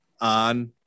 on